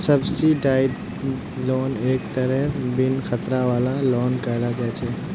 subsidised loan एक तरहेर बिन खतरा वाला लोन कहल जा छे